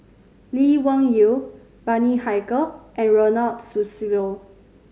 Lee Wung Yew Bani Haykal and Ronald Susilo